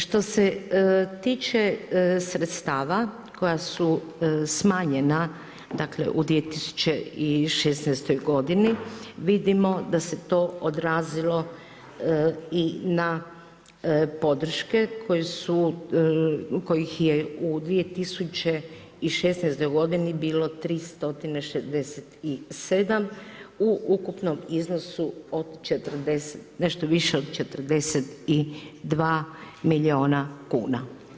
Što se tiče sredstava koja su smanjena, dakle u 2016. godini vidimo da se to odrazilo i na podrške kojih je u 2016. bilo 3067 u ukupnom iznosu od, nešto više od 42 milijuna kuna.